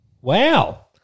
Wow